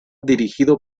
dirigido